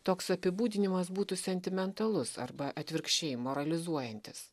toks apibūdinimas būtų sentimentalus arba atvirkščiai moralizuojantis